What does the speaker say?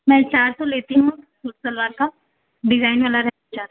मैं चार सौ लेती हूँ सूट सलवार का डिजाइन वाला चार सौ